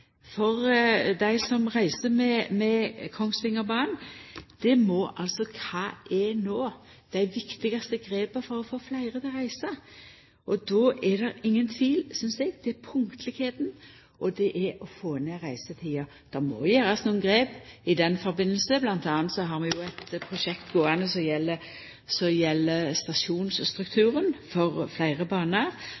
for dei som reiser med Kongsvingerbanen, må vera: Kva er no dei viktigaste grepa for å få fleire til å reisa? Då er det ingen tvil, synest eg: Det er punktligheita og det å få ned reisetida. Det må gjerast nokre grep i den samanhengen, bl.a. har vi jo eit prosjekt gåande som gjeld stasjonsstrukturen for fleire banar, òg for Kongsvingerbanen. Vi skal altså no inngå ein ny trafikkavtale. Det er ikkje konkurranseutsetjing som